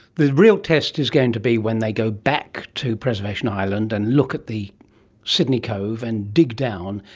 the real test is going to be when they go back to preservation island and look at the sydney cove and dig down,